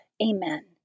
Amen